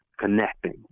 connecting